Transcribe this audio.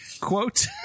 Quote